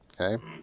Okay